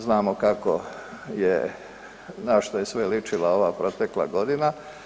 Znamo kako je, na što je sve ličila ova protekla godina.